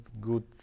good